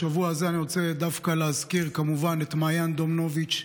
בשבוע הזה אני רוצה דווקא להזכיר כמובן את מעיין דומנוביץ',